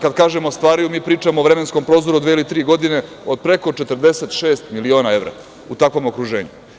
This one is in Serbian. Kad kažemo stvaraju, mi pričamo o vremenskom prostoru od dve ili tri godine, od preko 46 miliona evra u takvom okruženju.